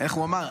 איך הוא אמר?